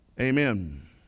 amen